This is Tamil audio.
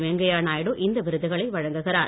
வெங்கய்யா நாயுடு இந்த விருதுகளை வழங்குகிறார்